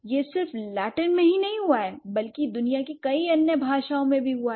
यह सिर्फ लैटिन में ही नहीं हुआ है बल्कि दुनिया की कई अन्य भाषाओं में भी हुआ है